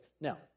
Now